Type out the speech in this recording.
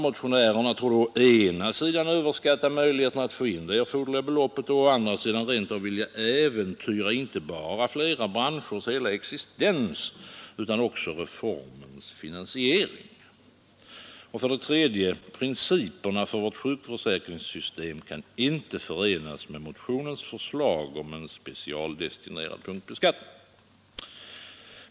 Motionärerna torde å ena sidan överskatta möjligheterna att få in det erforderliga beloppet och å andra sidan rent av vilja äventyra inte bara flera branschers hela existens utan också reformens finansiering. 3. Principerna för vårt sjukförsäkringssystem kan inte förenas med motionens förslag om en specialdestinerad punktbeskattning.